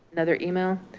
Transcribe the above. another email